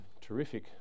terrific